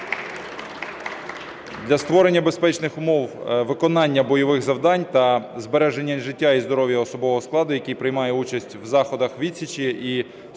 Для створення безпечних умов виконання бойових завдань та збереження життя і здоров'я особового складу, який приймає участь в заходах відсічі і в